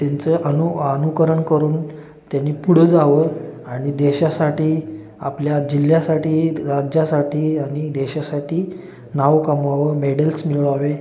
त्यांचं अनु अनुकरण करून त्यांनी पुढं जावं आणि देशासाठी आपल्या जिल्ह्यासाठी राज्यासाठी आणि देशासाठी नाव कमवावं मेडल्स मिळवावे